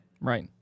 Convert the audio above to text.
Right